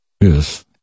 Yes